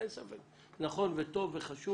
אין ספק, נכון וטוב וחשוב